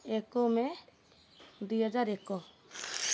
ଏକ ମେ ଦୁଇ ହଜାର ଏକ